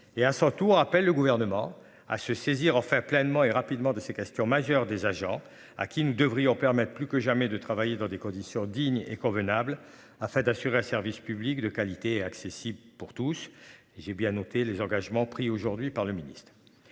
et à son tour appelle le gouvernement à se saisir en fait pleinement et rapidement de ces questions majeures des agents à qui nous devrions permettent plus que jamais de travailler dans des conditions dignes et convenables afin d'assurer un service public de qualité accessible pour tous. J'ai bien noté les engagements pris aujourd'hui par le ministre.